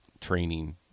training